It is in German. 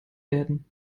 werden